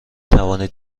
توانید